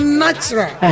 natural